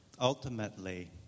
ultimately